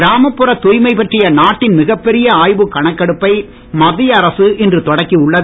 கிராமப்புற தூய்மை பற்றிய நாட்டின் மிகப்பெரிய ஆய்வுக் கணக்கெடுப்பை மத்திய அரசு இன்று தொடக்கி உள்ளது